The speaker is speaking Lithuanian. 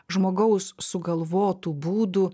žmogaus sugalvotų būdų